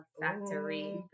Factory